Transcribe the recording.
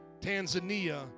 Tanzania